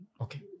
Okay